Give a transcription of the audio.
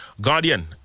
Guardian